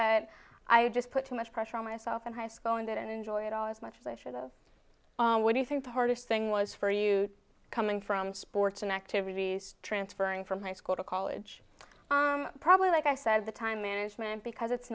that i just put too much pressure on myself in high school and that and enjoy it all as much pleasure those what do you think the hardest thing was for you coming from sports and activities transferring from high school to college probably like i said the time management because it's